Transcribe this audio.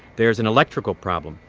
there's an electrical problem,